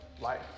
life